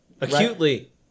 acutely